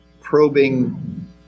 probing